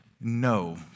no